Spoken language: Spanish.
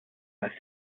las